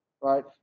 right